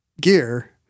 gear